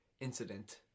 incident